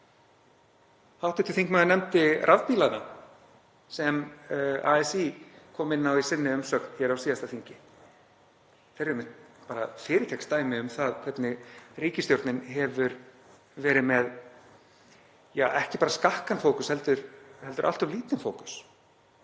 Hv. þingmaður nefndi rafbílana sem ASÍ kom inn á í sinni umsögn á síðasta þingi. Þeir eru einmitt fyrirtaksdæmi um það hvernig ríkisstjórnin hefur verið með ekki bara skakkan fókus heldur allt of lítinn fókus.